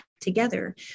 together